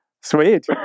Sweet